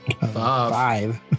Five